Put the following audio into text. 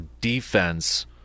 defense